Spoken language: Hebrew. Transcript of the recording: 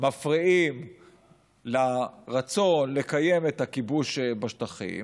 מפריעים לרצון לקיים את הכיבוש בשטחים